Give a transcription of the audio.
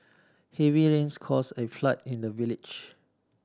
heavy rains caused a flood in the village